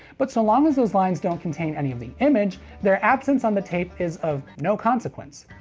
but so long as those lines don't contain any of the image, their absence on the tape is of no consequence.